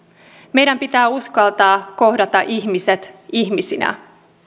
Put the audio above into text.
meidän pitää uskaltaa kohdata ihmiset ihmisinä